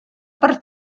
per